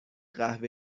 قهوه